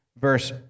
verse